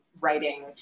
writing